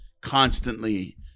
constantly